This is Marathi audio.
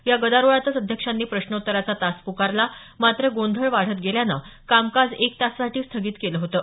या गदारोळातच अध्यक्षांनी प्रश्नोत्तराचा तास प्कारला मात्र गोंधळ वाढत गेल्यानं कामकाज एक तासासाठी स्थगित केलं होतं